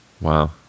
wow